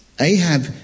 Ahab